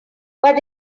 but